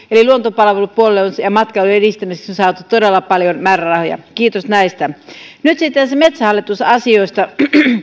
eli luontopalvelupuolella ja matkailun edistämisessä on saatu todella paljon määrärahoja kiitos näistä nyt sitten metsähallitus asioista